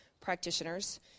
practitioners